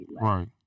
Right